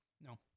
No